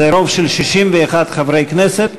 הוא רוב של 61 חברי כנסת,